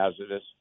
hazardous